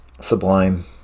sublime